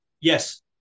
Yes